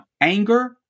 anger